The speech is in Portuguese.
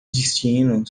destino